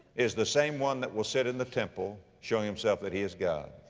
is the same one that will sit in the temple showing himself that he is god.